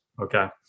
Okay